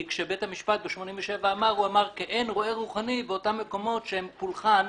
כי בית המשפט ב-1987 אמר: כעין רועה רוחני באותם מקומות שהם פולחן,